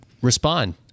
respond